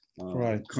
right